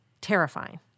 Terrifying